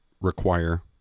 require